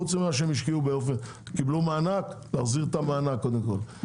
חוץ ממה שהם השקיעו - קיבלו מענק - להחזיר אותו קודם כל.